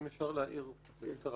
אם אפשר להעיר בקצרה.